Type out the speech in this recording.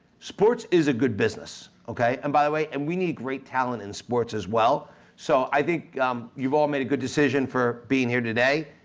sports is a good business, okay, and by the way and we need great talent in sports as well so i think you've all made a good decision for being here today.